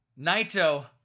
naito